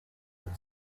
than